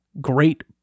great